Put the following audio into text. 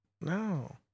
No